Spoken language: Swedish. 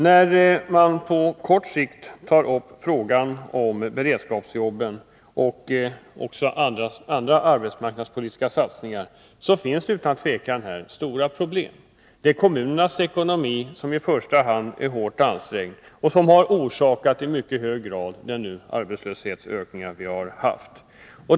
i Stockholms När det gäller frågan om beredskapsjobb och andra arbetsmarknadspolitiska satsningar på kort sikt finns det utan tvivel stora problem. Det är kommunernas ekonomi som i första hand är hårt ansträngd och som i mycket hög grad har orsakat den ökning av arbetslösheten som vi har fått.